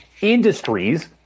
industries